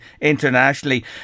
internationally